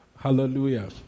Hallelujah